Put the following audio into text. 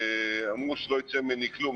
אמרו שלא ייצא ממני כלום.